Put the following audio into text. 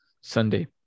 Sunday